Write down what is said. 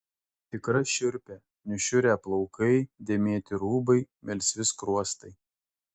tikra šiurpė nušiurę plaukai dėmėti rūbai melsvi skruostai